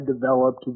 developed